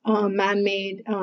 man-made